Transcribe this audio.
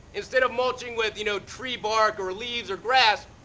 instead of mulching with you know tree bark or leaves or grass,